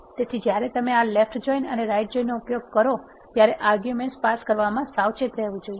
તેથી જ્યારે તમે આ લેફ્ટ જોઇન અને રાઇટ જોઇન નો ઉપયોગ કરો ત્યારે આર્ગ્યુમેન્ટ પાસ કરવામાં સાવચેત રહેવું જોઈએ